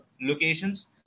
locations